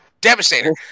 Devastator